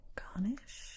garnish